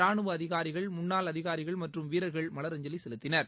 ரானுவ அதிகாரிகள் முன்னாள் அதிகாரிகள் மற்றும் வீரர்கள் மலரஞ்சலி செலுத்தினார்கள்